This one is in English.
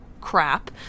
crap